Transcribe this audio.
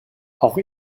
auch